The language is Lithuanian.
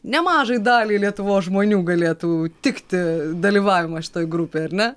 nemažai daliai lietuvos žmonių galėtų tikti dalyvavimas šitoj grupėj ar ne